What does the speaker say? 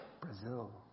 Brazil